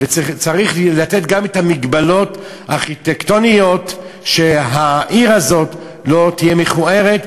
וצריך גם לתת את ההגבלות הארכיטקטוניות כדי שהעיר הזאת לא תהיה מכוערת,